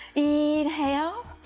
inhale,